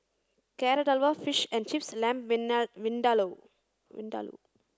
Carrot Halwa Fish and Chips and Lamb Vindaloo Vindaloo